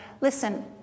listen